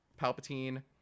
Palpatine